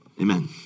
Amen